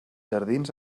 jardins